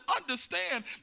understand